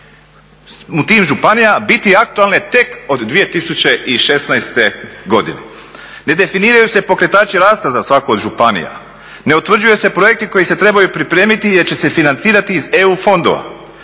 u tim županijama biti aktualne tek od 2016. godine. Nedefiniraju se pokretači rasta za svaku od županija, ne utvrđuje se projekti koji se trebaju pripremiti jer će se financirati iz EU fondova.